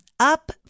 Up